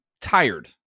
tired